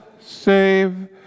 save